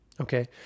Okay